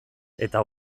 eta